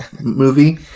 movie